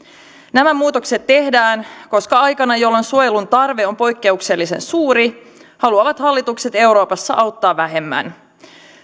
nämä muutokset tehdään koska aikana jolloin suojelun tarve on poikkeuksellisen suuri haluavat hallitukset euroopassa auttaa vähemmän